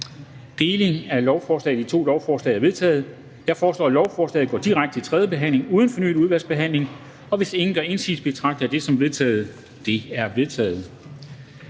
er tilfældet, er forhandlingen sluttet. Jeg foreslår, at lovforslaget går direkte til tredje behandling uden fornyet udvalgsbehandling. Hvis ingen gør indsigelse, betragter jeg det som vedtaget. Det er vedtaget.